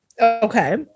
okay